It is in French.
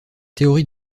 théorie